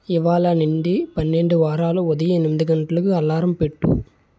ఇవాళ నుండి పన్నెండు వారాలు ఉదయం ఎనిమిది గంటలకు అలారం పెట్టు